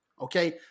okay